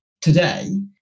today